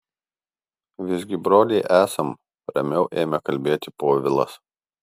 visgi broliai esam ramiau ėmė kalbėti povilas